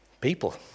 People